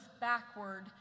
backward